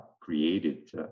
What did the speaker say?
created